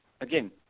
Again